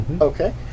Okay